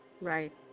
Right